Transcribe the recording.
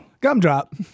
gumdrop